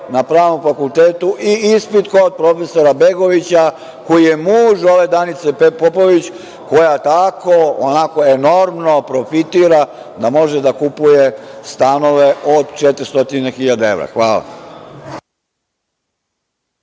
na Pravnom fakultetu i ispit kod profesora Begovića, koji je muž ove Danice Popović, koja tako onako enormno profitira da može da kupuje stanove od 400 hiljada evra? Hvala.